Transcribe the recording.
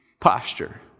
posture